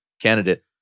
candidate